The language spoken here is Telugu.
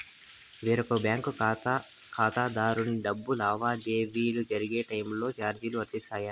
వేరొక బ్యాంకు ఖాతా ఖాతాదారునికి డబ్బు లావాదేవీలు జరిగే టైములో చార్జీలు వర్తిస్తాయా?